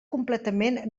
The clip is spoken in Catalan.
completament